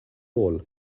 all